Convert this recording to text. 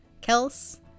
Kels